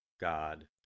God